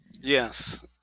Yes